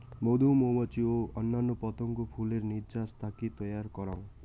মধু মৌমাছি ও অইন্যান্য পতঙ্গ ফুলের নির্যাস থাকি তৈয়ার করাং